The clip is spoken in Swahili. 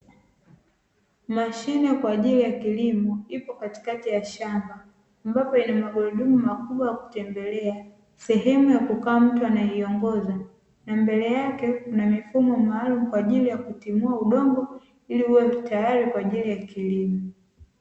Mashine kwaajili ya kilimo ipo katikati ya shamba, ambapo ina magurudumu makubwa ya kutembelea, sehemu ya kuka mtu anaye iongoza na mbele yake kuna mifumo maalumu kwaajili ya kutimua udongo ili uwe tayari kwaajili ya kilimo.